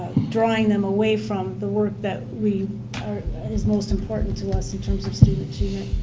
drawing them away from the work that we is most important to us in terms of student achievement.